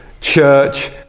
church